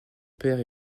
père